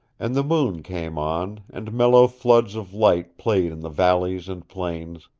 and the moon came on, and mellow floods of light played in the valleys and plains,